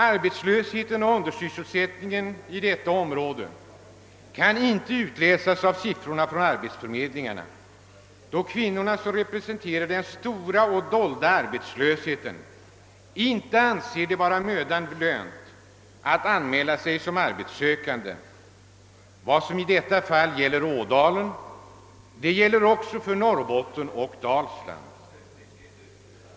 Arbetslösheten och undersysselsättningen i detta område kan inte utläsas ur siffrorna från arbetsförmed lingarna, då kvinnorna — som representerar den största och dolda arbetslösheten — inte anser det vara mödan värt att anmäla sig som arbetssökande. Vad som i detta fall gäller Ådalen gäller också för Norrbotten och Dalsland.